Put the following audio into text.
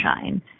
shine